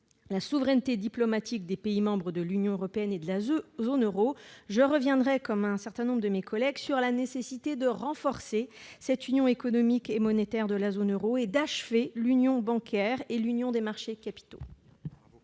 la souveraineté diplomatique des pays membres de l'Union européenne et de la zone euro, je reviendrai, comme un certain nombre de mes collègues, sur la nécessité de renforcer cette union économique et monétaire de la zone euro et d'achever l'union bancaire et l'union des marchés de capitaux.